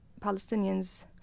Palestinians